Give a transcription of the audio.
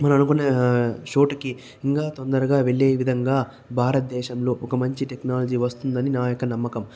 మనం అనుకున్న చోటుకి ఇంకా తొందరగా వెళ్ళే విధంగా భారతదేశంలో ఒక మంచి టెక్నాలజీ వస్తుందని నా యొక్క నమ్మకం